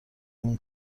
این